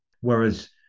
whereas